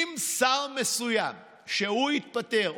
אני מניח שאלו היו שיקולים של איפה תוכלי לתרום